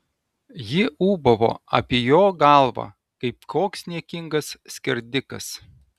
ji ūbavo apie jo galvą kaip koks niekingas skerdikas